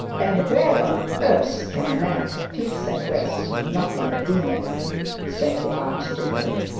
and where on earth can a man have peace and rest if not in a deanery said the archdeacon.